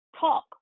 talk